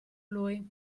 lui